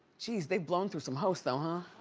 jeez, they've blown through some hosts though, huh?